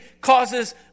causes